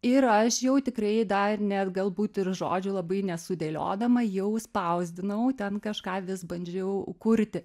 ir aš jau tikrai dar net galbūt ir žodžių labai nesudėliodama jau spausdinau ten kažką vis bandžiau kurti